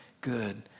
good